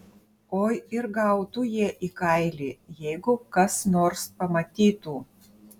oi ir gautų jie į kailį jeigu kas nors pamatytų